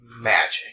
Magic